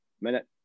minute